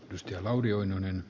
pystiä lauri oinonen